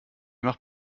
macht